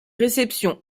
réceptions